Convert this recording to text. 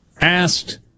Asked